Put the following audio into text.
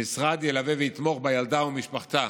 המשרד ילווה ויתמוך בילדה ובמשפחתה